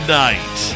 night